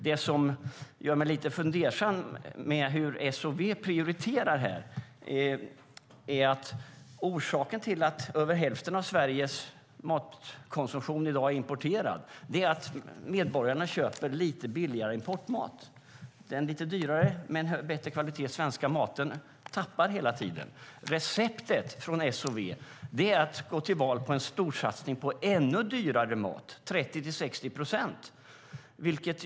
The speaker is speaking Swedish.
Det som gör mig lite fundersam över hur S och V prioriterar här är att orsaken till att över hälften av Sveriges matkonsumtion i dag är importerad är att medborgarna köper lite billigare importmat. Den svenska maten, lite dyrare men med bättre kvalitet, tappar hela tiden. Receptet från S och V är att gå till val på en storsatsning på ännu dyrare mat - 30-60 procent dyrare.